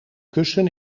kussen